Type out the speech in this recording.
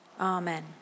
Amen